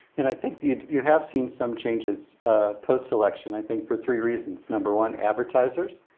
and i think you you have seen some changes post election, i think for three reasons, number one advertisers,